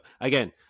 Again